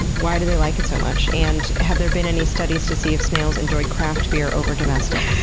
why do they like it so much? and have there been any studies to see if snails enjoy craft beer over domestic?